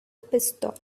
pistol